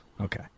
Okay